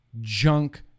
junk